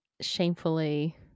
shamefully